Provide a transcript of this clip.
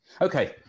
Okay